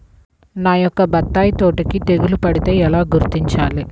నా యొక్క బత్తాయి తోటకి తెగులు పడితే ఎలా గుర్తించాలి?